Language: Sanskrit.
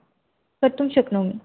कर्तुं शक्नोमि